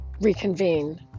reconvene